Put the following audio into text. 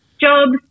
jobs